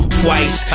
twice